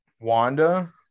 Wanda